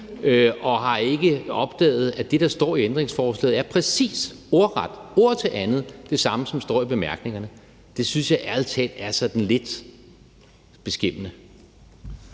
og har ikke opdaget, at det, der står i ændringsforslaget, er præcis – ordret og ord til andet – det samme, som står i bemærkningerne. Det synes jeg ærlig talt er sådan lidt beskæmmende.